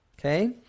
okay